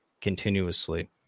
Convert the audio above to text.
continuously